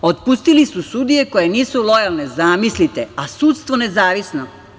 Otpustili su sudije koje nisu lojalne zamislite, a sudstvo nezavisno.